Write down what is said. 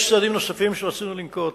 יש צעדים נוספים שרצינו לנקוט,